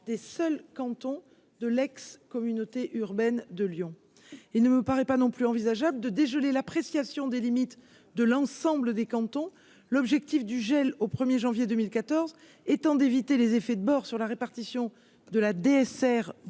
des seuls cantons de l'ex-Communauté urbaine de Lyon, il ne me paraît pas non plus envisageable de dégeler l'appréciation des limites de l'ensemble des cantons, l'objectif du gel au 1er janvier 2014 étant d'éviter les effets de bord sur la répartition de la DSR, bourg